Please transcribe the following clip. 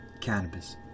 cannabis